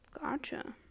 Gotcha